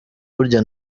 burya